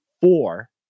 four